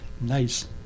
Nice